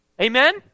Amen